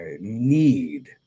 need